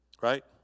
right